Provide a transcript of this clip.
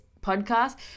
podcast